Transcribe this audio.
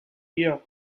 year